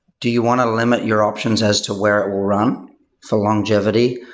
do you want to limit your options as to where it will run for longevity,